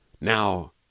Now